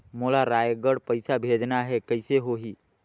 मोला रायगढ़ पइसा भेजना हैं, कइसे होही?